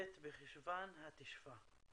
ט' בחשוון התשפ"א.